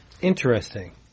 Interesting